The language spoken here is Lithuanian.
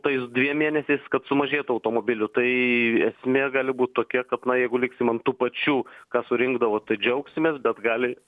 tais dviem mėnesiais kad sumažėtų automobilių tai esmė gali būt tokia kad na jeigu liksim ant tų pačių ką surinkdavo tai džiaugsimės bet gali